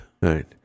Right